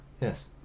Yes